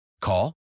Call